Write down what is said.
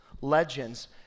legends